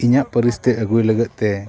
ᱤᱧᱟᱹᱜ ᱯᱟᱹᱨᱤᱥ ᱛᱮ ᱟᱹᱜᱩᱭ ᱞᱟᱹᱜᱤᱫ ᱛᱮ